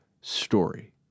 story